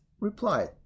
replied